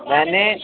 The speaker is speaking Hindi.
मैंने